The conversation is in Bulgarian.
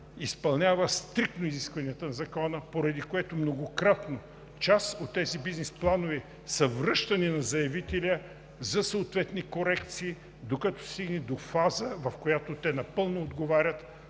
изпълнява стриктно изискванията на Закона, поради което многократно част от тези бизнес планове са връщани на заявителя за съответни корекции, докато стигне до фаза, в която те напълно отговарят